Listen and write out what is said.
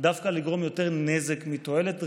דווקא לגרום יותר נזק מתועלת.